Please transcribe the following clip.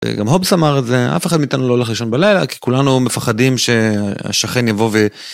גם הובס אמר את זה, אף אחד מאיתנו לא הולך לישון בלילה, כי כולנו מפחדים שהשכן יבוא ו...